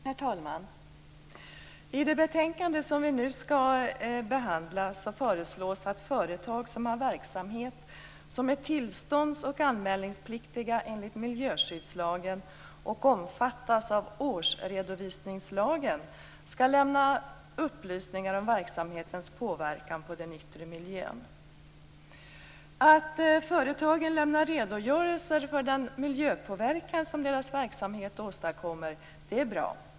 Herr talman! I det betänkande som vi nu skall behandla föreslås att företag som har verksamhet som är tillstånds och anmälningspliktig enligt miljöskyddslagen och omfattas av årsredovisningslagen skall lämna upplysningar om verksamhetens påverkan på den yttre miljön. Att företagen lämnar redogörelser för den miljöpåverkan som deras verksamhet åstadkommer är bra.